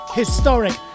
historic